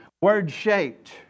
word-shaped